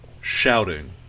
shouting